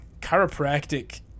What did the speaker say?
Chiropractic